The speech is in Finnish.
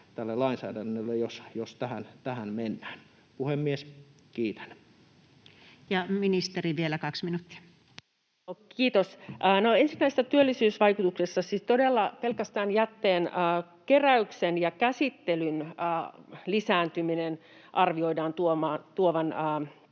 lainsäädännölle, jos tähän mennään. — Puhemies, kiitän. Ja ministeri vielä, 2 minuuttia. Kiitos! No, ensin näistä työllisyysvaikutuksista. Siis todella pelkästään jätteen keräyksen ja käsittelyn lisääntymisen arvioidaan tuovan